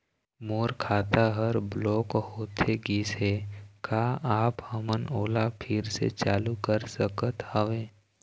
मोर खाता हर ब्लॉक होथे गिस हे, का आप हमन ओला फिर से चालू कर सकत हावे?